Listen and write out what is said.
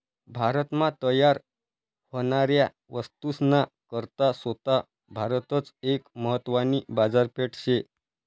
भारत मा तयार व्हनाऱ्या वस्तूस ना करता सोता भारतच एक महत्वानी बाजारपेठ शे